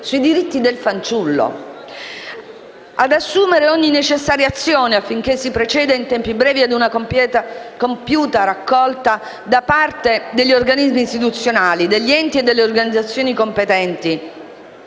sui diritti del fanciullo; 2) ad assumere ogni necessaria azione, affinché si proceda, in tempi brevi, ad una compiuta raccolta, da parte degli organismi istituzionali, degli enti e delle organizzazioni competenti,